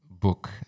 book